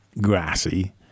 grassy